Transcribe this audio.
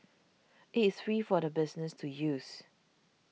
it is free for businesses to use